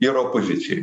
jie yra opozicijoj